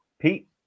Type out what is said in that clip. Pete